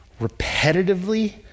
repetitively